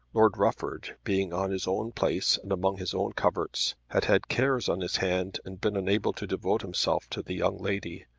lord rufford, being on his own place and among his own coverts, had had cares on his hand and been unable to devote himself to the young lady.